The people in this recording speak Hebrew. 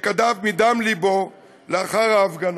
שכתב מדם לבו לאחר ההפגנה.